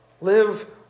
Live